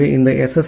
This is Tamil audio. எனவே இந்த எஸ்